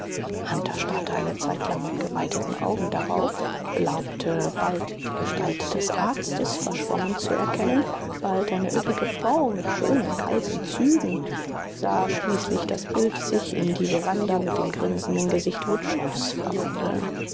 hunter starrte eine zeitlang mit geweiteten augen darauf glaubte bald die gestalt des arztes verschwommen zu erkennen bald eine üppige frau mit schönen kalten zügen sah schließlich das bild sich in die veranda mit dem grinsenden gesicht wutschows verwandeln